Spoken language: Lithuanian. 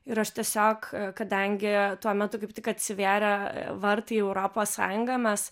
ir aš tiesiog kadangi tuo metu kaip tik atsivėrė vartai į europos sąjungą mes